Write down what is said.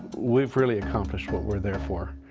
we've really accomplished what we're there for.